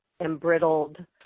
embrittled